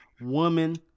woman